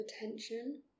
attention